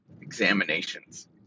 examinations